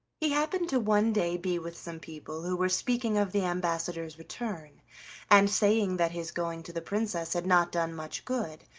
he happened to one day be with some people who were speaking of the ambassador's return and saying that his going to the princess had not done much good,